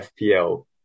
FPL